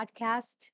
podcast